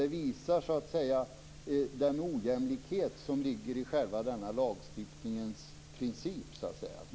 Det visar så att säga den ojämlikhet som ligger i själva denna lagstiftnings princip.